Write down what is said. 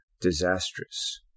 disastrous